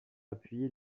appuyé